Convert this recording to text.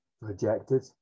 rejected